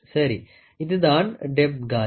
சரி இதுதான் depth gauge